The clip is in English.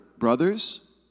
Brothers